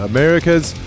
America's